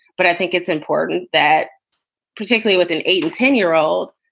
but i think it's important that particularly with an eight and ten year old,